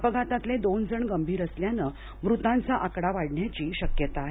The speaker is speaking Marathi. अपघातातले दोन जण गंभीर असल्याने मृतांचा आकडा वाढण्याची शक्यता आहे